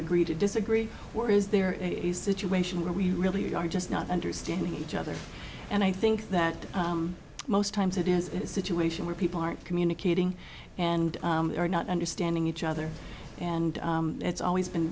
agree to disagree or is there a situation where we really are just not understanding each other and i think that most times it is a situation where people aren't communicating and are not understanding each other and it's always been